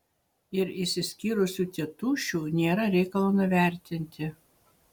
ir išsiskyrusių tėtušių nėra reikalo nuvertinti